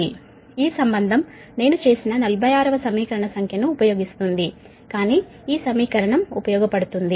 ఈ సంబంధం నేను చేసిన 46 వ సమీకరణ సంఖ్య ను ఉపయోగిస్తుంది కానీ ఈ సమీకరణం ఉపయోగపడ్తుంది